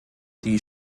die